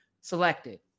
selected